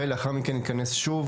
ולאחר מכן נתכנס שוב,